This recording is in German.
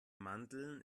mandeln